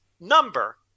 number